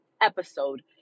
episode